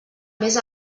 més